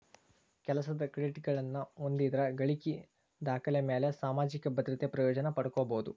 ಕೆಲಸದ್ ಕ್ರೆಡಿಟ್ಗಳನ್ನ ಹೊಂದಿದ್ರ ಗಳಿಕಿ ದಾಖಲೆಮ್ಯಾಲೆ ಸಾಮಾಜಿಕ ಭದ್ರತೆ ಪ್ರಯೋಜನ ಪಡ್ಕೋಬೋದು